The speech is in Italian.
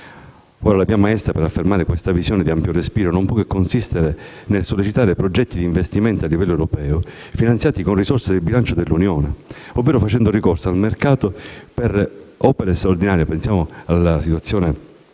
La via maestra per affermare questa visione di ampio respiro non può che consistere nel sollecitare progetti di investimento a livello europeo, finanziati con risorse del bilancio dell'Unione, ovvero facendo ricorso al mercato per opere straordinarie (pensiamo alla situazione del